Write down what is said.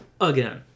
again